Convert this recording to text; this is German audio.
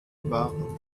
war